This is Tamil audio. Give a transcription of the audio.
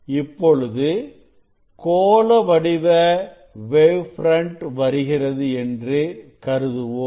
இப்பொழுது கோள வடிவ வேவ் ஃப்ரண்ட் வருகிறது என்று கருதுவோம்